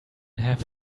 have